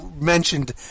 mentioned